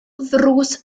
ddrws